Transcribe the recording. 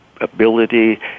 ability